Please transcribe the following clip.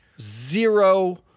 Zero